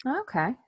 Okay